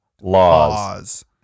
laws